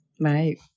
Right